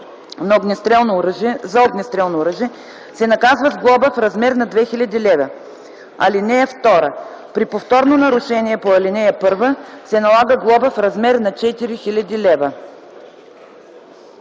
за огнестрелно оръжие, се наказва с глоба в размер на 2000 лв. (2) При повторно нарушение по ал. 1 се налага глоба в размер на 4000 лв.”